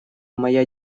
моя